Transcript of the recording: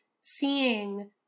seeing